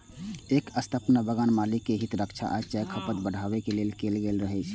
एकर स्थापना बगान मालिक के हित रक्षा आ चायक खपत बढ़ाबै लेल कैल गेल रहै